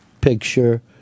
picture